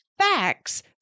Facts